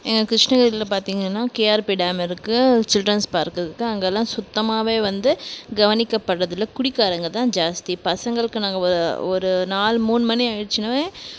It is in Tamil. எங்கள் கிருஷ்ணகிரியில பார்த்திங்கனா கேஆர்பி டேம் இருக்கு சில்ட்ரன்ஸ் பார்க் இருக்கு அங்கேலாம் சுத்தமாகவே வந்து கவனிக்க பட்றதில்லை குடிகாரங்கதான் ஜாஸ்தி பசங்களுக்கு நாங்கள் ஒரு நால் மூணு மணி ஆயிடுச்சுனாவே